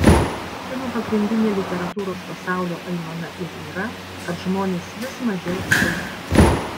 šių dienų pagrindinė literatūros pasaulio aimana ir yra kad žmonės vis mažiau skaito